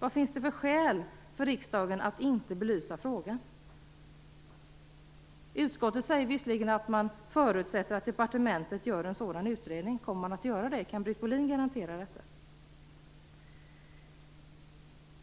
Vad finns det för skäl för riksdagen att inte belysa frågan? Utskottet säger visserligen att man förutsätter att departementet gör en sådan utredning. Kan Britt Bohlin garantera att det kommer att göras?